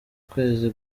kwezi